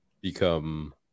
become